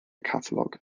catalog